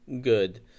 good